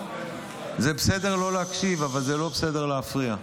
זה בסדר לא להקשיב, אבל זה לא בסדר להפריע.